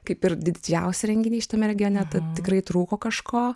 kaip ir didžiausi renginiai šitame regione tad tikrai trūko kažko